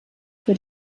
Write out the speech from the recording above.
für